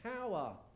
power